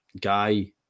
guy